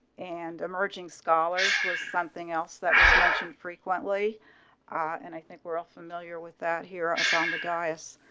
and emerging scholars was something else that was mentioned frequently ah and i think we're all familiar with that here. above the daya so